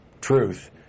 truth